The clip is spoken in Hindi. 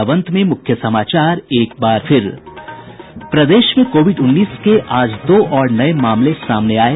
और अब अंत में मुख्य समाचार एक बार फिर प्रदेश में कोविड उन्नीस के आज दो और नये मामले सामने आये